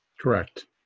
Correct